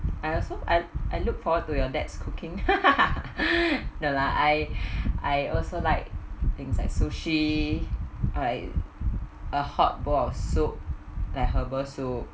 I also I I look forward to your dad's cooking no lah I I also like things like sushi or like a hot bowl of soup like herbal soup